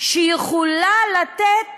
שיכולה לתת